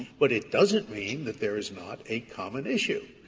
but it doesn't mean that there is not a common issue,